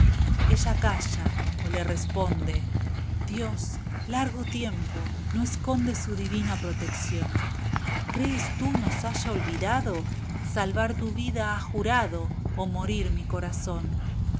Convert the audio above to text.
ella calla o le responde dios largo tiempo no esconde su divina protección crees tú nos haya olvidado salvar tu vida ha jurado o morir mi corazón